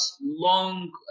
long